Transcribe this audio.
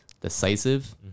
decisive